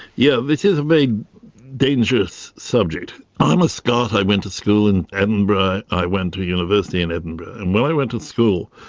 yeah it is a very dangerous subject. i'm a scot, i went to school in edinburgh, i went to university in edinburgh, and when i went to school,